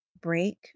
break